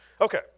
Okay